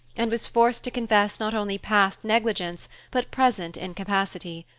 and was forced to confess not only past negligence but present incapacity.